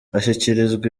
ashyikirizwa